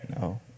No